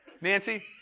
Nancy